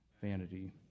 Vanity